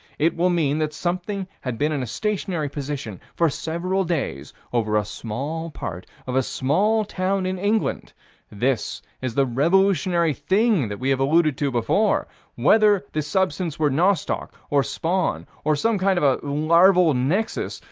it will mean that something had been in a stationary position for several days over a small part of a small town in england this is the revolutionary thing that we have alluded to before whether the substance were nostoc, or spawn, or some kind of a larval nexus,